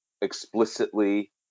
explicitly